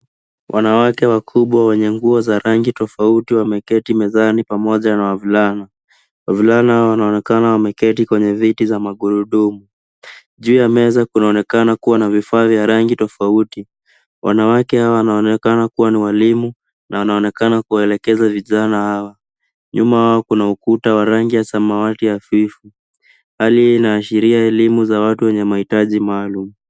Wanawake wakubwa wenye nguo za rangi tofauti wameketi mezani pamoja na wavulana. Wavulana hawa wanaonekana wameketi kwenye viti za magurudumu. Juu ya meza kunaonekana kuwa na vifaa vya rangi tofauti. Wanawake hawa wanaonekana kuwa ni walimu na wanaonekana kuwaelekeza vijana hawa. Nyuma yao kuna ukuta wa rangi ya samawati hafifu. Hali hii inaashiria elimu za watu wenye mahitaji maalum.